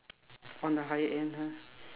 on the higher end ha